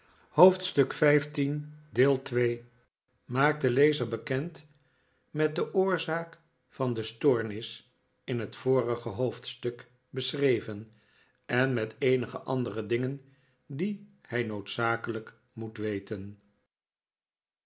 den lezer bekend met de oorzaak van de stoornis in het vorige hoofdstuk beschreven en met eenige andere dingen die hij noodzakelijk moet weten